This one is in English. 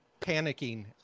panicking